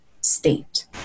state